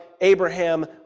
Abraham